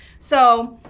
so